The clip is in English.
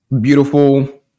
Beautiful